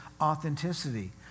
authenticity